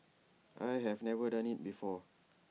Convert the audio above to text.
I had never done IT before